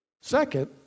Second